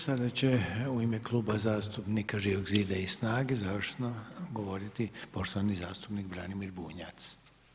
Sada će u ime Kluba zastupnika Živog zida i snage završno govoriti poštovani zastupnik Branimir Bunjac.